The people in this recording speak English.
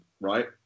right